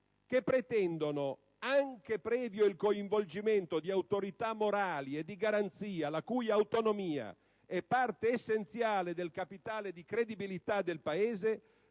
con cene che - anche previo il coinvolgimento di autorità morali e di garanzia, la cui autonomia è parte essenziale del capitale di credibilità del Paese